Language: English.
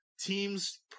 Teams